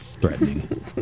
threatening